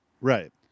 Right